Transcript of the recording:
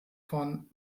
von